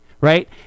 right